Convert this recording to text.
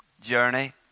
journey